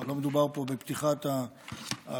לא מדובר פה בפתיחת הגבולות